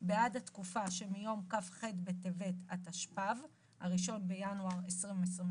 בעד התקופה שמיום כ"ח בטבת התשפ"ב (1 בינואר 2022)